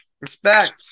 Respect